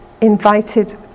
invited